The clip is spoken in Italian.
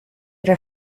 era